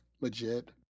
legit